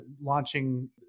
launching